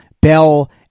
Bell